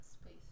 space